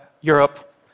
Europe